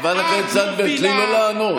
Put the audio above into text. חברת הכנסת זנדברג, תני לו לענות.